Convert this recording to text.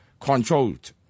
controlled